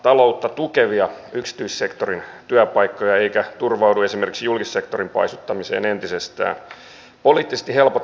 on hieno asia että tässä budjetissa katsotaan ikääntyneisiin ikääntyneille annettavaan perhehoitoon ja omaishoitoon